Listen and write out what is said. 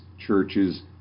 Churches